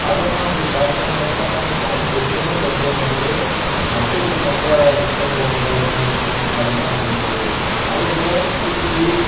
அதெல்லாம் அப்படி ட்ராக் பண்ணணும்னு நினச்சா அப்போது அவங்க அவங்க சொத்தைதான் சேர்த்துருக்காங்களே தவிர மக்களுக்கு நல்ல திட்டங்களை கொண்டுவரணும் இது பண்ணணும் அதெல்லாம் ஒன்றும் கிடையாது அதே போல் தூத்துக்குடி